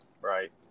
right